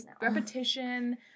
repetition